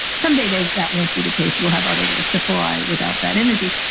someday, that that won't be the case we'll have other ways to fly without that energy.